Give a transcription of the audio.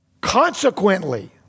Consequently